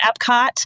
Epcot